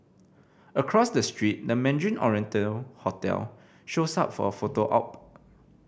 across the street the Mandarin Oriental hotel shows up for a photo op